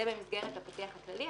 אם כן, זה במסגרת הפתיח הכללי.